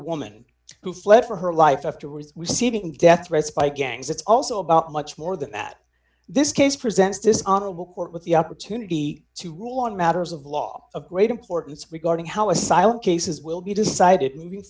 woman who fled for her life afterwards we see even death threats by gangs it's also about much more than that this case presents dishonorable court with the opportunity to rule on matters of law of great importance regarding how asylum cases will be decided moving